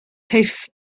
caiff